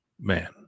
man